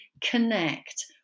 connect